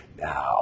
Now